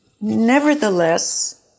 Nevertheless